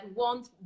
want